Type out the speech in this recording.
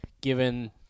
given